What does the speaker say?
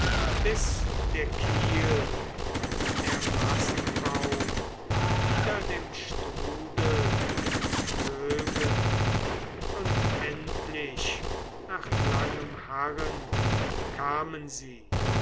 bis der kiel und der mastbaum wieder dem strudel entflögen und endlich nach langem harren kamen sie